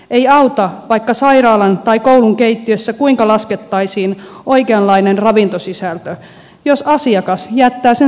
ei auta vaikka sairaalan tai koulun keittiöissä kuinka laskettaisiin oikeanlainen ravintosisältö jos asiakas jättää sen syömättä